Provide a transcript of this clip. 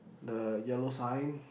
the yellow sign